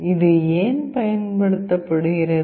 இது ஏன் பயன்படுத்தப்படுகிறது